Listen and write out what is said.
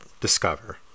discover